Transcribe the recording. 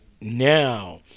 now